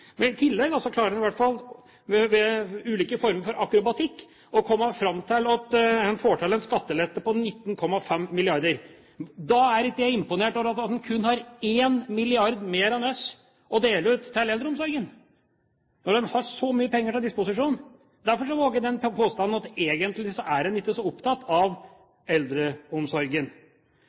Men i tillegg klarer de, i hvert fall ved ulike former for akrobatikk, å komme fram til en skattelette på 19,5 mrd. kr. Da er ikke jeg imponert over at de kun har én milliard mer enn oss å dele ut til eldreomsorgen, når de har så mye penger til disposisjon. Derfor våger jeg den påstanden at egentlig er de ikke så opptatt av eldreomsorgen.